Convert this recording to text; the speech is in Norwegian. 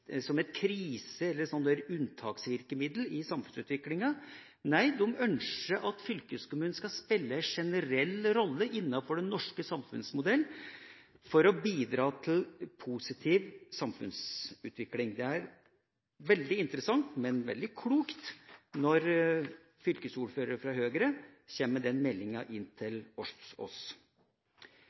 krise- eller unntaksvirkemiddel i samfunnsutviklinga – nei, de ønsker at fylkeskommunen skal spille en generell rolle innenfor den norske samfunnsmodellen for å bidra til positiv samfunnsutvikling. Det er veldig interessant, men veldig klokt når fylkesordførere fra Høyre kommer med den meldinga til oss.